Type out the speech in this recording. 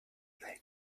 native